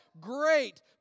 great